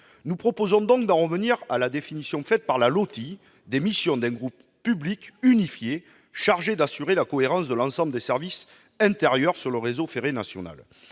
Nous proposons donc d'en revenir à la définition inscrite dans la LOTI des missions d'un groupe public unifié chargé d'assurer la cohérence de l'ensemble des services intérieurs sur le réseau ferré national.